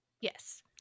Yes